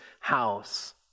house